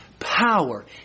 power